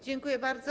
Dziękuję bardzo.